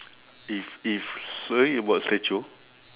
if if sorry about statue